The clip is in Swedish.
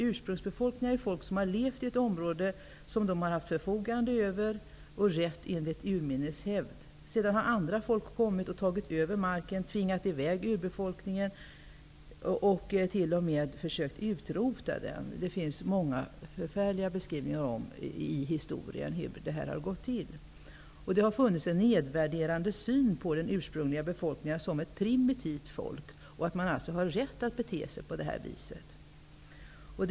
Ursprungsbefolkningar är folk som levt i ett område som de har haft förfogande över, haft rätt till enligt urminnes hävd. Sedan har andra folk kommit och tagit över marken, tvingat i väg urbefolkningen och t.o.m. försökt utrota den. Det finns många förfärliga beskrivningar i historien om hur det har gått till. Det har funnits en nedvärderande syn på den ursprungliga befolkningen som ett primitivt folk, att man alltså haft rätt att bete sig som man har gjort.